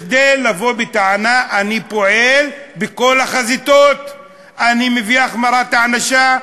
כדי לבוא בטענה: אני פועל בכל החזיתות אני מביא החמרת הענישה,